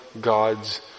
God's